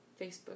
Facebook